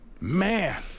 Man